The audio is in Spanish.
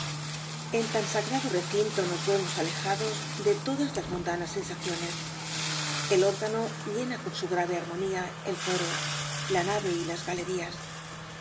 en tan sagrado recinto nos remos alejados de todas las mundanas sensaciones el órgano llena con su grayc armonía el coro l t nare y las galerias